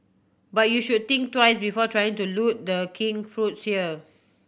but you should think twice before trying to loot The King fruits here